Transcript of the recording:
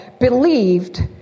believed